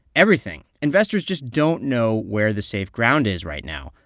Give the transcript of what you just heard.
everything. investors just don't know where the safe ground is right now,